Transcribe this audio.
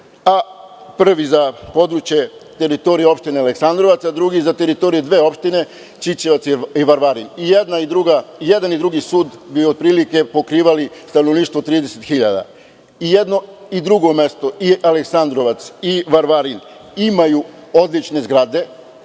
prvi za područje teritorije opštine Aleksandrovac, a drugi za teritoriju dve opštine Ćićevac i Varvarin, i jedan i drugi sud bi otprilike pokrivali stanovništvo 30.000.I jedno i drugo mesto i Aleksandrovac i Varvarin imaju odlične zgrade